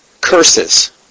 curses